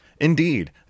Indeed